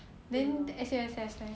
对 lor